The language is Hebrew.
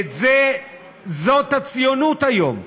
זאת הציונות היום,